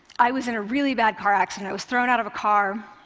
i was in a really bad car accident. i was thrown out of a car,